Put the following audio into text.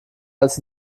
als